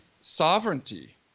sovereignty